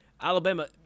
Alabama